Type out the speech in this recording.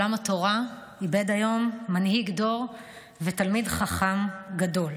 עולם התורה איבד היום מנהיג דור ותלמיד חכם גדול.